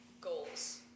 goals